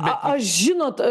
a aš žinot